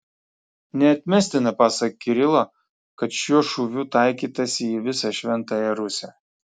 neatmestina pasak kirilo kad šiuo šūviu taikytasi į visą šventąją rusią